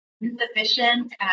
insufficient